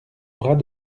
bras